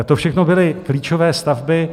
To všechno byly klíčové stavby.